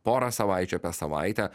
porą savaičių apie savaitę